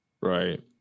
Right